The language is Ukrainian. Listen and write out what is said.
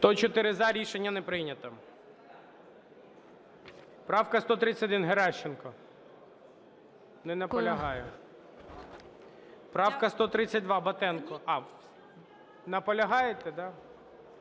За-104 Рішення не прийнято. Правка 131, Геращенко. Не наполягає. Правка 132, Батенко. Наполягаєте,